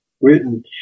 written